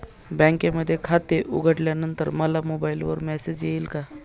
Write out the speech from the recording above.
बँकेमध्ये खाते उघडल्यानंतर मला मोबाईलवर मेसेज येईल का?